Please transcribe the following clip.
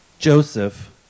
Joseph